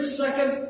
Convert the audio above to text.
second